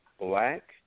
black